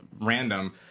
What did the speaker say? random